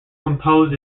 composed